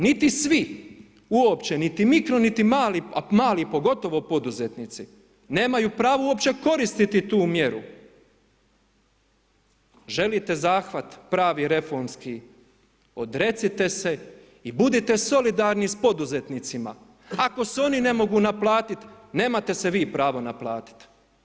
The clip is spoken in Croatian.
Niti svi uopće niti mikro niti mali, mali pogotovo poduzetnici nemaju pravo uopće koristiti tu mjeru, želite zahvat pravi reformski odrecite se i budite solidarni s poduzetnicima ako se oni ne mogu naplatiti nemate se vi pravo naplatiti.